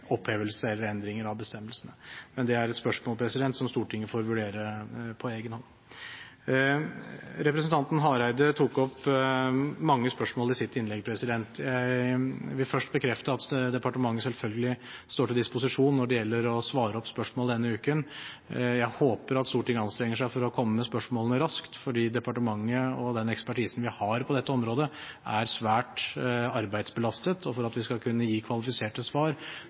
opphevelse eller endringer av bestemmelsene. Men det er et spørsmål som Stortinget får vurdere på egen hånd. Representanten Hareide tok opp mange spørsmål i sitt innlegg. Jeg vil først bekrefte at departementet selvfølgelig står til disposisjon når det gjelder å svare på spørsmål denne uken. Jeg håper at Stortinget anstrenger seg for å komme med spørsmålene raskt, fordi departementet og den ekspertisen vi har på dette området, er svært arbeidsbelastet, og for at vi skal kunne gi kvalifiserte svar,